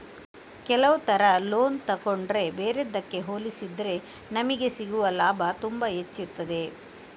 ಕೆಲವು ತರ ಲೋನ್ ತಗೊಂಡ್ರೆ ಬೇರೆದ್ದಕ್ಕೆ ಹೋಲಿಸಿದ್ರೆ ನಮಿಗೆ ಸಿಗುವ ಲಾಭ ತುಂಬಾ ಹೆಚ್ಚಿರ್ತದೆ